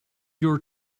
your